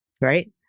right